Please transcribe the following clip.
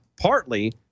partly